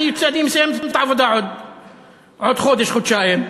אני מסיימת את העבודה בעוד חודש-חודשיים.